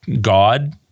God